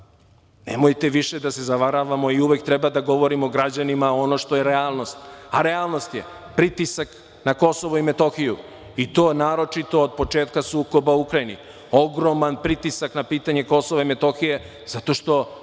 Nemojte više da se zavaravamo i uvek treba da govorimo građanima ono što je relanost, a realnost je pritisak na KiM, i to naročito od početka sukoba u Ukrajini. Ogroman pritisak na pitanje KiM zato što